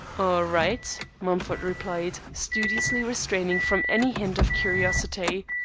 right mumford replied, studiously refraining from any hint of curiosity.